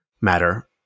matter